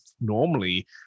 normally